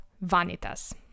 vanitas